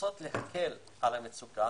לנסות להקל על המצוקה